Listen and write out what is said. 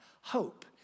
Hope